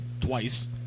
twice